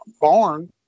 barn